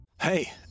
Hey